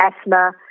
asthma